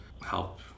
help